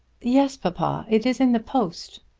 yes, papa it is in the post.